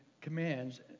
commands